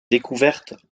découvertes